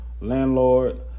landlord